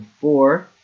four